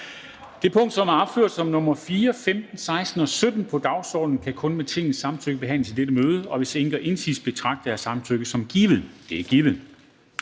De punkter, som er opført som nr. 4, 15, 16 og 17 på dagsordenen, kan kun med Tingets samtykke behandles i dette møde, og hvis ingen gør indsigelse, betragter jeg samtykket som givet. Det er givet.